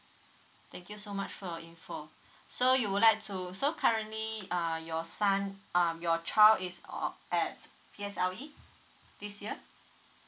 thank you so much for your info so you would like to so currently uh your son um your child is uh at P_S_L_E this year